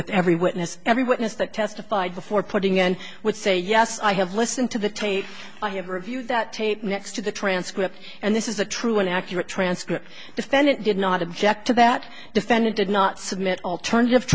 with every witness every witness that testified before putting in would say yes i have listened to the tape i have reviewed that tape next to the transcript and this is a true and accurate transcript defendant did not object to that defendant did not submit alternative